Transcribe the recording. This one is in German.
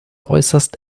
äußerst